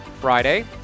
Friday